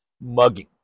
mugging